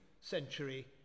century